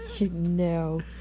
no